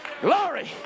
Glory